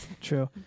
True